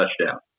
touchdown